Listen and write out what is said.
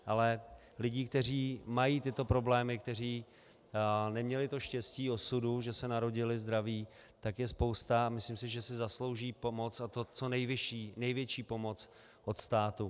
Ale lidí, kteří mají tyto problémy, kteří neměli to štěstí osudu, že se narodili zdraví, je spousta a myslím si, že si zaslouží pomoc, a to co nejvyšší, největší pomoc od státu.